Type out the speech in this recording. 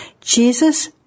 Jesus